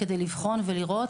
כדי לבחון ולראות.